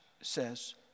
says